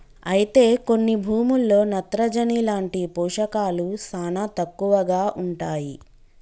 అయితే కొన్ని భూముల్లో నత్రజని లాంటి పోషకాలు శానా తక్కువగా ఉంటాయి